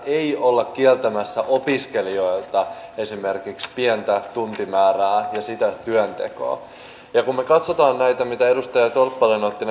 ei olla kieltämässä opiskelijoilta esimerkiksi pientä tuntimäärää ja sitä työntekoa ja kun me katsomme näitä tilastoja mitä edustaja tolppanen otti